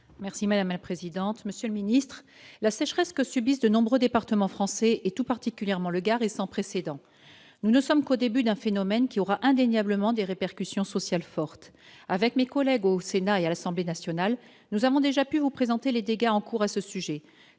Merci madame la présidente, monsieur le Ministre, la sécheresse que subissent de nombreux départements français et tout particulièrement le garer sans précédent, nous ne sommes qu'au début d'un phénomène qui aura indéniablement des répercussions sociales fortes avec mes collègues au Sénat et Assemblée nationale, nous avons déjà pu vous présenter les dégâts en cours à ce sujet